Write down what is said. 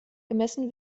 gemessen